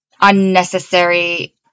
unnecessary